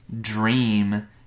dream